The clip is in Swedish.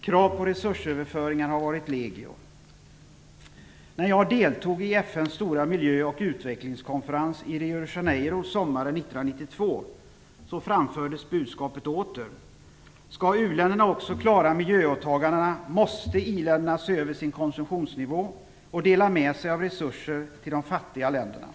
Krav på resursöverföringar har varit legio. När jag deltog i FN:s stora miljö och utvecklingskonferens i Rio de Janeiro sommaren 1992 framfördes budskapet åter: Skall u-länderna också klara miljöåtaganden måste i-länderna se över sin konsumtionsnivå och dela med sig av resurser till de fattiga länderna.